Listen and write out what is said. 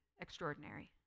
extraordinary